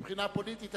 מבחינה פוליטית,